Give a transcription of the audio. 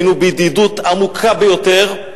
היינו בידידות עמוקה ביותר,